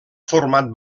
format